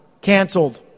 canceled